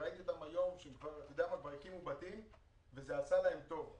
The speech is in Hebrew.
ראיתי אותם היום כשהם כבר הקימו בתים וברור שהתוכנית הזאת עשתה להם טוב.